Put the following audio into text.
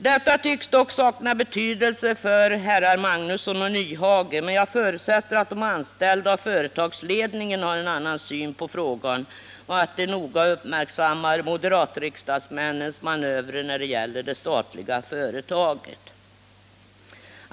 Detta tycks dock sakna betydelse för herrar Magnusson och Nyhage, men jag förutsätter att de anställda och företagsledningen har en annan syn på frågan och att de noga uppmärksammar moderatriksdagsmännens manövrer när det gäller det statliga företaget.